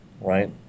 right